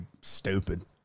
stupid